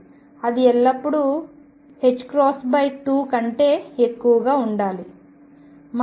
అది ఎల్లప్పుడూ 2 కంటే ఎక్కువగా ఉండాలి